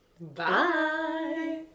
Bye